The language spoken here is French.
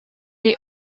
est